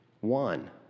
one